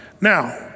Now